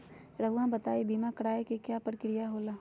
रहुआ बताइं बीमा कराए के क्या प्रक्रिया होला?